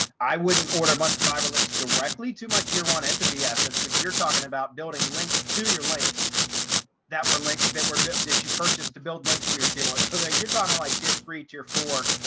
i wouldn't order a bunch of fiber links directly to my tier one entity assets. but you're talking about building links to your links that were linked that were that you purchased to build links to your tier one, so that you're talking like tier three, tier four,